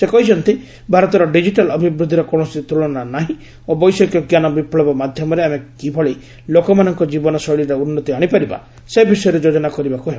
ସେ କହିଛନ୍ତି ଭାରତର ଡିଜିଟାଲ୍ ଅଭିବୃଦ୍ଧିର କୌଣସି ତୁଳନା ନାହିଁ ଓ ବୈଷୟିକଜ୍ଞାନ ବିପୁବ ମାଧ୍ୟମରେ ଆମେ କିଭଳି ଲୋକମାନଙ୍କ ଜୀବନଶୈଳୀରେ ଉନ୍ନତି ଆଣିପାରିବା ସେ ବିଷୟରେ ଯୋଜନା କରିବାକୁ ହେବ